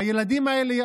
הילדים האלה,